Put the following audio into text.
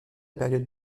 période